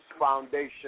Foundation